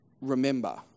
remember